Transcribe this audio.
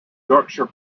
yorkshire